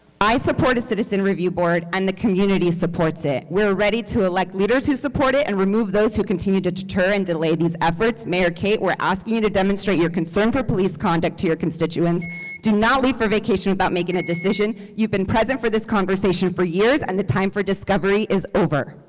i support a citizen review board, and the community supports it. we are ready to elect leaders who support it and remove those who continue to deter and delay these efforts. mayor kate, we're asking you to demonstrate your concern for police conduct to your constituents do not leave for vacation without making a decision, you've been present for this conversation for years, and the time for discovery is over.